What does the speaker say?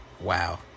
wow